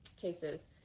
cases